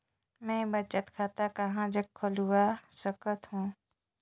मैं बचत खाता कहां जग खोल सकत हों?